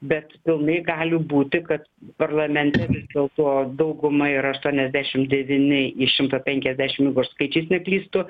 bet pilnai gali būti kad parlamente vis dėlto dauguma yra aštuoniasdešim devyni iš šimto penkiasdešim jeigu aš skaičiais neklystu